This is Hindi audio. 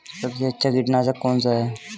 सबसे अच्छा कीटनाशक कौन सा है?